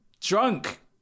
drunk